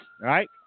right